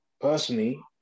Personally